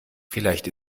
vielleicht